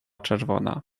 czerwona